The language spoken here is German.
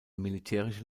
militärische